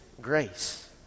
grace